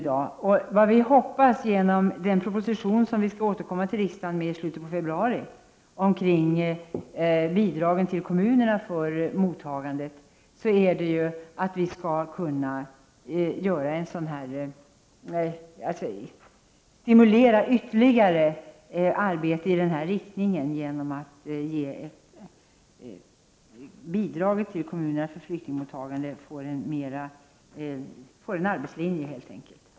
Vad vi hoppas uppnå genom den proposition som vi skall återkomma till riksdagen med i slutet av februari om bidragen till kommunerna för flyktingmottagandet är att ytterligare arbete i denna riktning stimuleras, genom att bidraget får en arbetslinje.